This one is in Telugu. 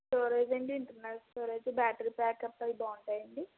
స్టోరేజ్ అండి ఇంటర్నల్ స్టోరేజ్ బ్యాటరీ బ్యాకప్ అవి బాగుంటాయా అండి